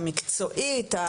המקצועית.